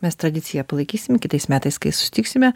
mes tradiciją palaikysim kitais metais kai susitiksime